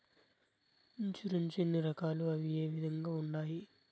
insurance ఎన్ని రకాలు అవి ఏ విధంగా ఉండాయి